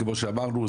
כמו שאמרנו,